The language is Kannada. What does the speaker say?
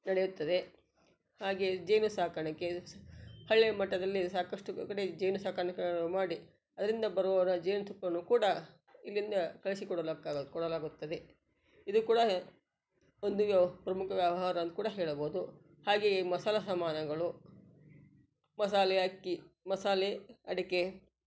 ನಡೆಯುತ್ತದೆ ಹಾಗೇ ಜೇನು ಸಾಕಾಣಿಕೆ ಸ್ ಹಳ್ಳಿಯ ಮಟ್ಟದಲ್ಲಿ ಸಾಕಷ್ಟು ಗ್ ಕಡೆ ಜೇನು ಸಾಕಾಣಿಕೆಗಳ ಮಾಡಿ ಅದರಿಂದ ಬರುವ ಜೇನುತುಪ್ಪನ್ನು ಕೂಡ ಇಲ್ಲಿಂದ ಕಳಿಸಿ ಕೊಡಲಾಗಕ್ ಕೊಡಲಾಗುತ್ತದೆ ಇದು ಕೂಡ ಒಂದು ವ್ಯವ ಪ್ರಮುಖ ವ್ಯವಹಾರ ಅಂತ ಕೂಡ ಹೇಳಬಹುದು ಹಾಗೆಯೇ ಈ ಮಸಾಲೆ ಸಾಮಾನುಗಳು ಮಸಾಲೆ ಅಕ್ಕಿ ಮಸಾಲೆ ಅಡಿಕೆ